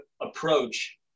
approach